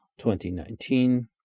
2019